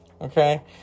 Okay